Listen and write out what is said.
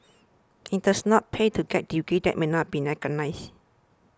it does not pay to get degrees that may not be recognised